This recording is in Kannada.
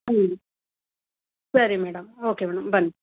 ಹ್ಞೂ ಸರಿ ಮೇಡಮ್ ಓಕೆ ಮೇಡಮ್ ಬನ್ನಿ